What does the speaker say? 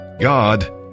God